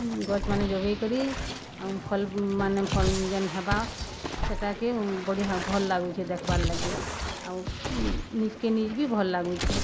ଗଛ୍ମାନେ ଯୋଗେଇକରି ଆଉ ଫଲ୍ମାନେ ଯେନ୍ ହେବା ସେଟାକେ ବଢ଼ିଆ ଭଲ୍ ଲାଗୁଛେ ଦେଖ୍ବାର୍ ଲାଗି ଆଉ ନିଜ୍କେ ନିଜ୍ ବି ଭଲ୍ ଲାଗୁଛେ